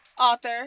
author